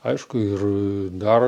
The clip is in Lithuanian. aišku ir dar